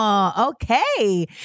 Okay